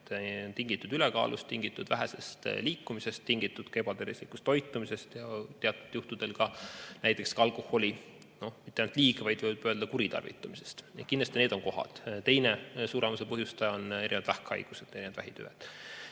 on tingitud ülekaalust, vähesest liikumisest, ebatervislikust toitumisest ja teatud juhtudel ka näiteks alkoholi mitte ainult liig-, vaid võib öelda kuritarvitamisest. Kindlasti need on need kohad. Teine suremuse põhjustaja on vähkhaigused, erinevad vähitüved.